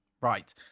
right